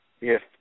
Yes